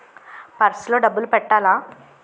Purse లో డబ్బులు పెట్టలా?